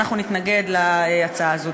ואנחנו נתנגד להצעה הזאת.